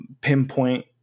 pinpoint